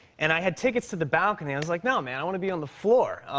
and i had tickets to the balcony. i was like, no, man. i want to be on the floor.